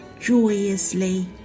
joyously